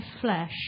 flesh